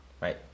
right